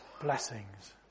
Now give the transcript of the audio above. blessings